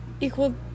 equal